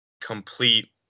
complete